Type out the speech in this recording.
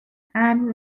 ann